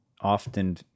often